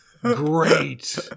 great